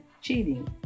cheating